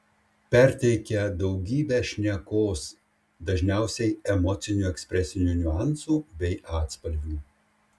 perteikia daugybę šnekos dažniausiai emocinių ekspresinių niuansų bei atspalvių